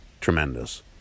tremendous